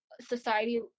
society